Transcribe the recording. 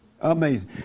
Amazing